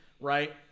Right